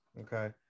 Okay